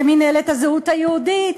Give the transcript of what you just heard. למינהלת הזהות היהודית.